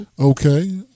Okay